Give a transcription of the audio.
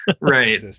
right